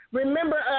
remember